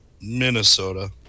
Minnesota